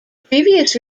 previous